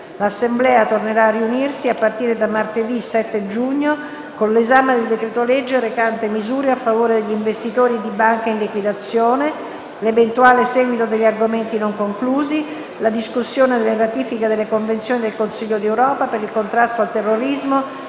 L'Assemblea tornerà a riunirsi a partire da martedì 7 giugno con l'esame del decreto-legge recante misure a favore degli investitori di banche in liquidazione, l'eventuale seguito degli argomenti non conclusi, la discussione delle ratifiche delle Convenzioni del Consiglio d'Europa per il contrasto al terrorismo